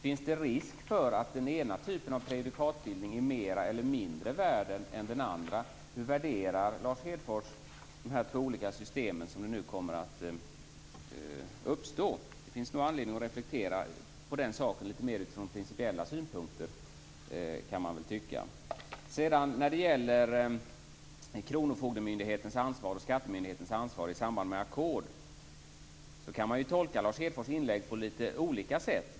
Är det inte risk för att den ena typen av prejudikatsbildning blir mera eller mindre värd än den andra? Hur värderar Lars Hedfors de två olika system som nu kommer att uppstå? Det finns nog anledning att reflektera över den saken från litet mer principiella synpunkter. När det sedan gäller kronofogdemyndighetens och skattemyndighetens ansvar i samband med ackord kan man tolka Lars Hedfors inlägg på litet olika sätt.